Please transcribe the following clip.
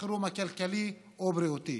החירום הכלכלי או הבריאותי,